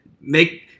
make